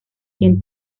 quien